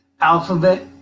alphabet